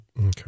Okay